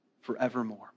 forevermore